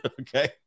Okay